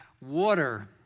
water